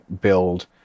build